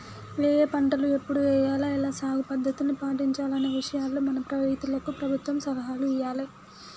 ఏఏ పంటలు ఎప్పుడు ఎయ్యాల, ఎలా సాగు పద్ధతుల్ని పాటించాలనే విషయాల్లో మన రైతులకు ప్రభుత్వం సలహాలు ఇయ్యాలే